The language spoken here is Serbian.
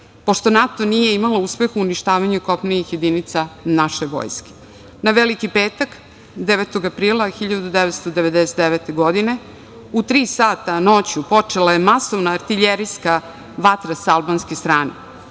NATO nije imao uspeha u uništavanju kopnenih jedinica naše vojske, na Veliki petak, 9. aprila 1999. godine, u tri sata noću počela je masovna artiljerijska vatra sa albanske strane.